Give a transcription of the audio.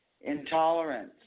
Intolerance